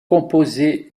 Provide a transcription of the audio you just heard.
composée